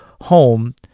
home